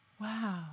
Wow